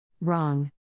Wrong